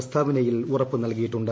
പ്രസ്താവനയിൽ ഉറപ്പു നൽകിയിട്ടുണ്ട്